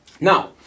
now